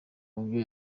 mubyo